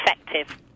effective